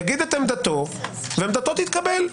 יאמר את עמדתו והיא תתקבל,